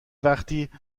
وقتی